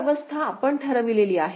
ही अवस्था आपण ठरविलेली आहे